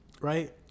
right